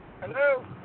Hello